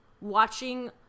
watching